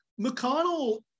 McConnell